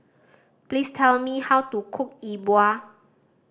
please tell me how to cook E Bua